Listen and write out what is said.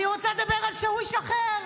אני רוצה לדבר על שאוויש אחר,